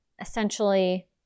essentially